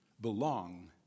belong